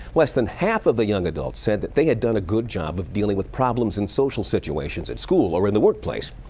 less than half of the young adults said that they had done a good job of dealing with problems in social situations at school or in the workplace.